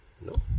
No